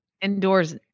Indoors